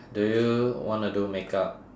do you want to do makeup